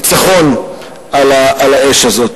לניצחון על האש הזאת.